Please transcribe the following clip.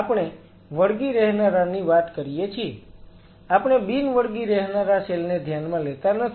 આપણે વળગી રહેનારાની વાત કરીએ છીએ આપણે બિન વળગી રહેનારા સેલ ને ધ્યાનમાં લેતા નથી